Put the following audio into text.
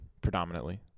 Predominantly